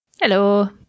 Hello